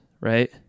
right